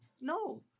no